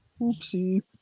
Oopsie